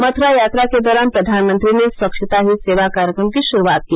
मथुरा यात्रा के दौरान प्रधानमंत्री ने स्वच्छता ही सेवा कार्यक्रम की श्रूआत की